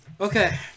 Okay